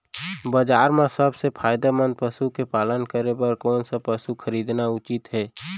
बजार म सबसे फायदामंद पसु के पालन करे बर कोन स पसु खरीदना उचित हे?